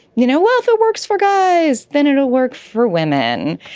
you know, well, if it works for guys then it will work for women.